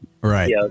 Right